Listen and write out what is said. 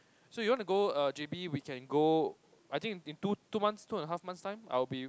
so you wanna go err j_b we can go I think in two two months two and a half months time I'll be